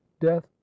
death